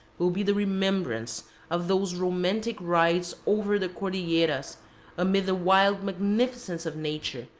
will be the remembrance of those romantic rides over the cordilleras amid the wild magnificence of nature,